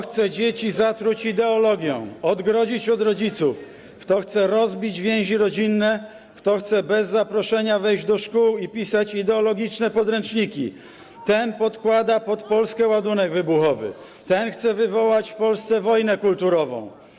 Kto chce dzieci zatruć ideologią, odgrodzić od rodziców, kto chce rozbić więzi rodzinne, kto chce bez zaproszenia wejść do szkół i pisać ideologiczne podręczniki, ten podkłada pod Polskę ładunek wybuchowy, ten chce wywołać w Polsce wojnę kulturową.